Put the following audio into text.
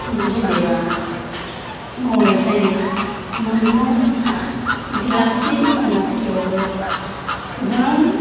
जेनेबा मावनाय जायो मानोना आंहा बेलासि मोनाब्लियावबो गोबां